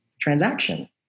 transaction